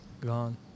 gone